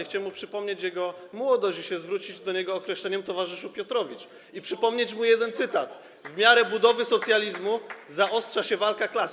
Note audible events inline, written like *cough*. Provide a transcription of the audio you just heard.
Chciałem mu przypomnieć jego młodość, zwrócić się do niego określeniem „towarzyszu Piotrowicz” i przypomnieć mu jeden cytat: w miarę budowy socjalizmu *applause* zaostrza się walka klas.